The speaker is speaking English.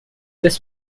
this